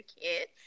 kid